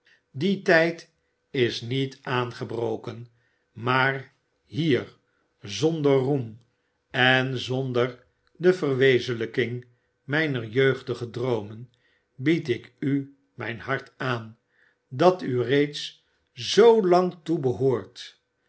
die tijd is niet aangebroken maar hier zonder roem en zonder de verwezenlijking mijner jeugdige droomen bied ik u mijn hart aan dat u reeds zoo